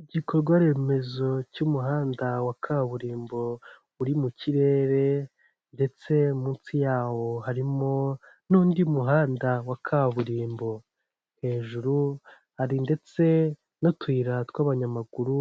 Igikorwa remezo cy'umuhanda wa kaburimbo uri mu kirere ndetse munsi yawo harimo n'undi muhanda wa kaburimbo, hejuru hari ndetse n'utuyira tw'abanyamaguru